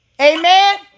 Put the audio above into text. Amen